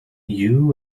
you